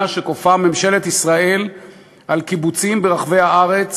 שכופה ממשלת ישראל על קיבוצים ברחבי הארץ